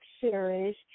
Series